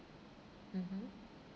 mmhmm